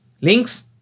Links